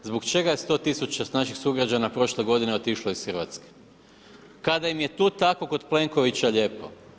Zbog čega je 100 tisuća naših sugrađana prošle godine otišlo iz Hrvatske kada im je tu tako kod Plenkovića lijepo?